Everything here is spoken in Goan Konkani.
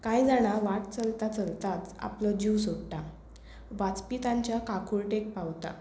कांय जाणां वाट चलता चलताच आपलो जीव सोडटात वाचपी तांच्या काकुळटेक पावता